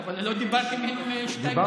אבל אני לא דיברתי שתיים וחצי דקות.